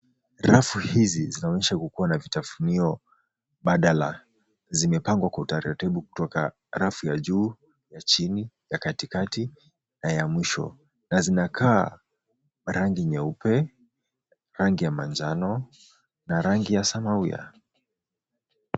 Rafu hizi zinaonyesha kukuwa na vitafunio badala, zimepangwa kwa utaratibu kutoka kwa rafu ya juu, ya chini, ya katikati na ya mwisho na zinakaa rangi nyeupe, rangi ya manjano na rangi ya samawia .